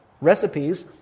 recipes